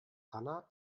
hanna